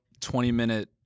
20-minute